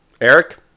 Eric